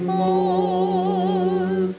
more